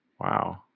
wow